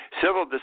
Civil